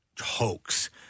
hoax